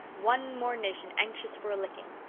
one more nation anxious for a licking,